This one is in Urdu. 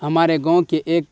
ہمارے گاؤں کے ایک